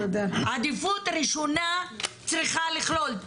עדיפות ראשונה צריכה לכלול את החוק שלנו.